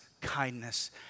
kindness